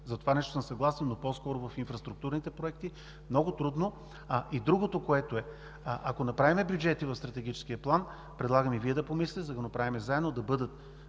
За това нещо съм съгласен, но по-скоро в инфраструктурните проекти – много трудно. Другото, което е, ако направим бюджети в Стратегическия план, предлагам и Вие да помислите, за да го направим заедно, да бъдат